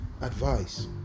advice